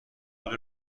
پول